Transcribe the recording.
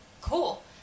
cool